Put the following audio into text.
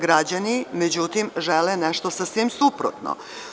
Građani, međutim, žele nešto sasvim suprotno.